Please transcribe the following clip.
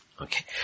Okay